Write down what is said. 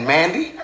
Mandy